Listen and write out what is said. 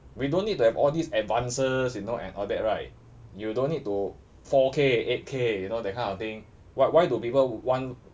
we don't need to have all these advances you know and all that right you don't need to four K eight K you know that kind of thing why why do people want